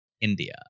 India